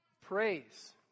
praise